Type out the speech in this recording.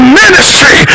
ministry